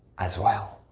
as well.